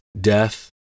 death